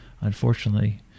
unfortunately